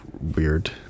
weird